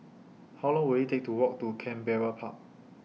How Long Will IT Take to Walk to Canberra Park